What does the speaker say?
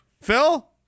Phil